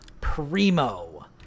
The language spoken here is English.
primo